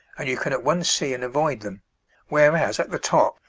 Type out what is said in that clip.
and you can at once see and avoid them whereas at the top,